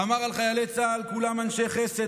אמר על חיילי צה"ל: "כולם אנשי חסד,